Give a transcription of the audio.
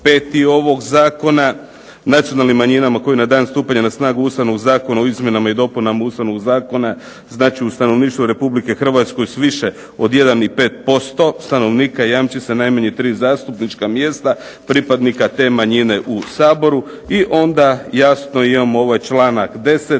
5. ovog Zakona, nacionalnim manjinama koje na dan stupanja na snagu Ustavnog zakona o izmjenama i dopunama Ustavnoga zakona znači u stanovništvu Republike Hrvatske s više od 1,5% stanovnika jamči se najmanje tri zastupnička mjesta pripadnika te manjine u Saboru. I onda jasno imamo ovaj članak 10.